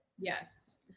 Yes